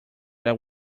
that